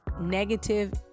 negative